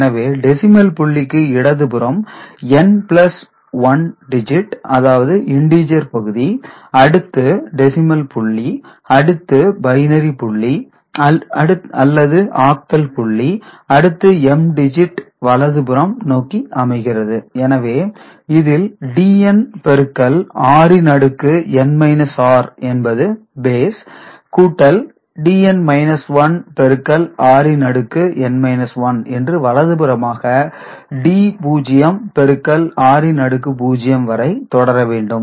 எனவே டெசிமல் புள்ளிக்கு இடதுபுறம் n பிளஸ் 1 டிஜிட் அதாவது இண்டீஜர் பகுதி அடுத்து டெசிமல் புள்ளி அல்லது பைனரி புள்ளி அல்லது ஆக்டல் புள்ளி அடுத்து m டிஜிட் வலது புறம் நோக்கி அமைகிறது எனவே இதில் dn பெருக்கல் r இன் அடுக்கு n r என்பது பேஸ் கூட்டல் dn 1 பெருக்கல் r இன் அடுக்கு n 1 என்று வலது புறமாக d0 பெருக்கல் r இன் அடுக்கு 0 வரை தொடர வேண்டும்